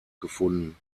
gefunden